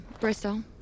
Bristol